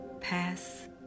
Pass